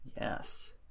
Yes